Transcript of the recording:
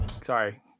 Sorry